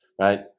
Right